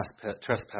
trespass